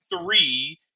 three